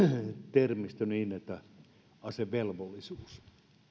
termi asevelvollisuus